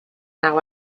now